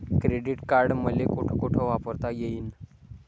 Credit card मले कोठ कोठ वापरता येईन?